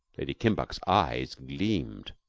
lady kimbuck's eyes gleamed.